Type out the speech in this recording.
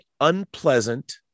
unpleasant